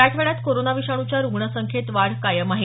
मराठवाड्यात कोरोना विषाणूच्या रुग्णसंख्येत वाढ कायम आहे